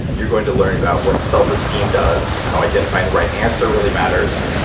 you're going to learn about what self-esteem does, how identifying the right answer really matters,